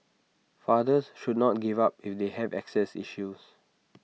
fathers should not give up if they have access issues